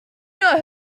know